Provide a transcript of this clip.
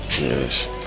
Yes